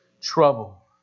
trouble